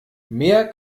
mehr